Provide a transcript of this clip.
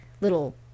little